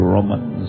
Romans